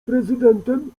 prezydentem